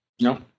No